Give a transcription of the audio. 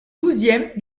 douzième